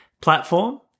platform